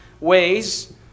ways